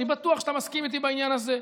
אני בטוח שאתה מסכים איתי בעניין הזה,